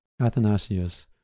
Athanasius